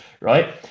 right